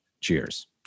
Cheers